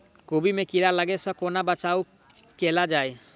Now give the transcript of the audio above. कोबी मे कीड़ा लागै सअ कोना बचाऊ कैल जाएँ?